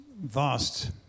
vast